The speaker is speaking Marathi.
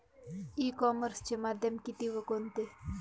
ई कॉमर्सचे माध्यम किती व कोणते?